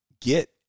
get